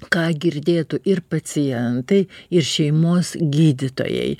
ką girdėtų ir pacientai ir šeimos gydytojai